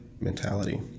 mentality